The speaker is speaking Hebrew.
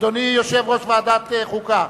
אדוני יושב-ראש ועדת חוקה?